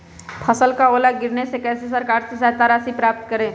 फसल का ओला गिरने से कैसे सरकार से सहायता राशि प्राप्त करें?